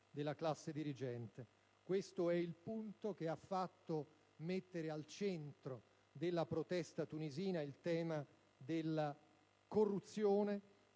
della classe dirigente. Questo è il punto che ha fatto mettere al centro della protesta tunisina il tema della corruzione